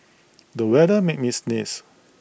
the weather made me sneeze